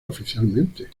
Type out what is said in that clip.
oficialmente